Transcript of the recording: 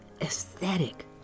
aesthetic